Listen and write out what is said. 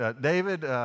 David